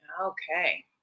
okay